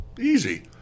easy